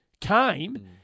came